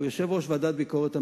הוא יושב-ראש הוועדה לביקורת המדינה.